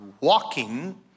walking